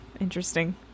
Interesting